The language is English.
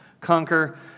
conquer